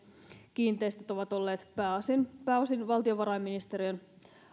kiinteistöt ovat olleet pääosin pääosin valtiovarainministeriön